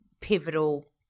pivotal